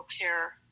care